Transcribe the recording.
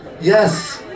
Yes